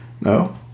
No